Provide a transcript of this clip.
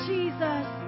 Jesus